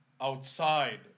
outside